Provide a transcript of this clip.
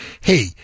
Hey